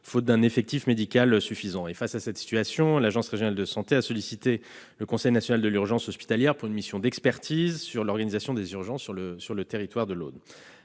faute d'un effectif médical suffisant. Face à cette situation, l'Agence régionale de santé a sollicité le Conseil national de l'urgence hospitalière pour une mission d'expertise relative à l'organisation des urgences sur le territoire de l'Aude.